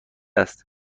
است